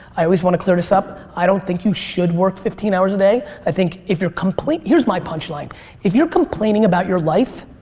i always want to clear this up, i don't think you should work fifteen hours a day. i think if you're, here's my punchline if you're complaining about your life,